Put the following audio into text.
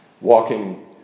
Walking